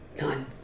none